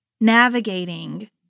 navigating